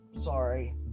sorry